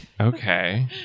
Okay